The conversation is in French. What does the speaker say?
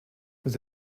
vous